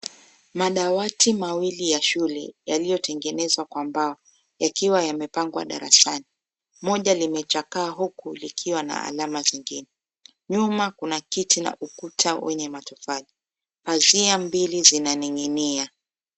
Madawati mawili ya shule yaliyotengenezwa kwa mbao yakiwa yamepangwa darasani mmoja limechakaa huku likiwa na alama zengine. Nyuma kuna kiti na ukuta wenye matofali, pazia mbili zinaning'inia.